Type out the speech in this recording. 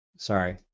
Sorry